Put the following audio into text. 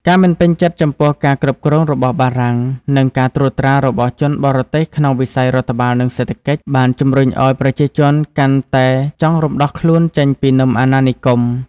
ការមិនពេញចិត្តចំពោះការគ្រប់គ្រងរបស់បារាំង និងការត្រួតត្រារបស់ជនបរទេសក្នុងវិស័យរដ្ឋបាល និងសេដ្ឋកិច្ច បានជំរុញឱ្យប្រជាជនកាន់តែចង់រំដោះខ្លួនចេញពីនឹមអាណានិគម។